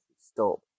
stop